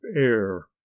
air